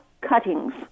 cuttings